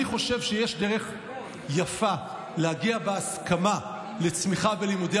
אני חושב שיש דרך יפה להגיע בהסכמה לצמיחה בלימודי